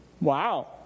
Wow